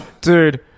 Dude